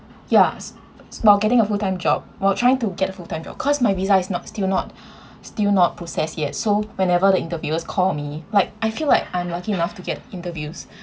ya s~ s~ while getting a full time job while trying to get a full time job cause my visa is not still not still not process yet so whenever the interviews call me like I feel like I'm lucky enough to get interviews